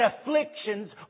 afflictions